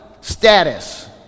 status